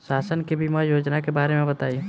शासन के बीमा योजना के बारे में बताईं?